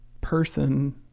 person